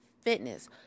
fitness